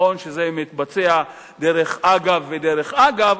נכון שזה מתבצע דרך אגב ודרך אגב,